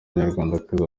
umunyarwandakazi